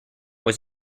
was